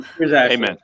Amen